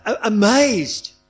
Amazed